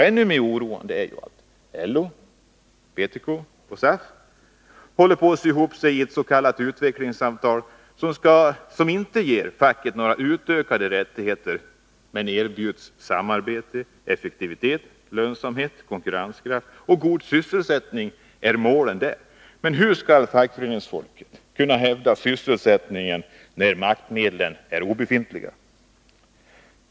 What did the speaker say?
Ännu mera oroande är att LO, PTK och SAF på detta område håller på att sy ihop sig i ett s.k. utvecklingssamtal, som inte ger facket några utökade rättigheter. Man erbjuds samarbete, effektivitet, lönsamhet och konkurrenskraft, och god sysselsättning är målet. Men hur skall fackföreningsfolket kunna hävda sysselsättningen, när maktmedlen är obefintliga?